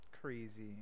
crazy